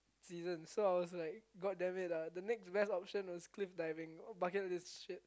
season so I was like god damn it lah the next best option was cliff diving but here was shit